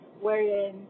wherein